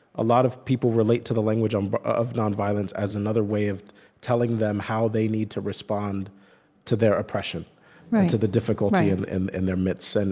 a lot of people relate to the language um but of nonviolence as another way of telling them how they need to respond to their oppression and to the difficulty and and in their midst. and